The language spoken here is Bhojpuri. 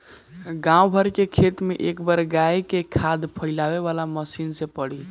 गाँव भर के खेत में ए बारी गाय के खाद फइलावे वाला मशीन से पड़ी